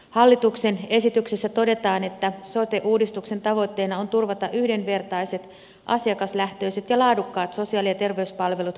hallituksen esityksessä todetaan että sote uudistuksen tavoitteena on turvata yhdenvertaiset asiakaslähtöiset ja laadukkaat sosiaali ja terveyspalvelut koko maassa